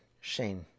Shane